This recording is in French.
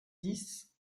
dix